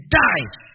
dies